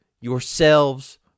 yourselves